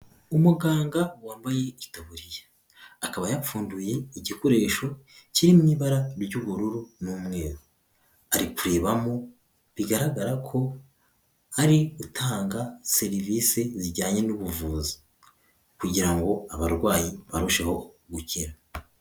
Umuganga wambaye itaburiya. Akaba yapfuduye igikoresho kiri mu ibara ry'ubururu n'umweru. Ari kurebamo, bigaragara ko ari utanga serivisi zijyanye n'ubuvuzi. Kugira ngo abarwayi barusheho gukira.